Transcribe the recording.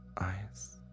eyes